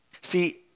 See